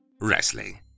wrestling